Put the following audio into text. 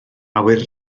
awyr